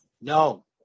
No